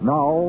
Now